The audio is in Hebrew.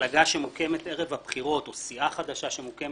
מפלגה שמוקמת ערב הבחירות או סיעה חדשה שמוקמת,